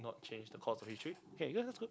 not change the course of history okay that that's good